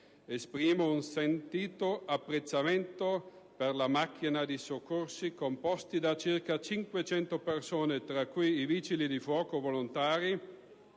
Esprimo un sentito apprezzamento per la macchina dei soccorsi, composta da circa 500 persone, tra cui i Vigili del fuoco volontari